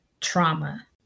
trauma